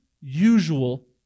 usual